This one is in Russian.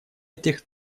этих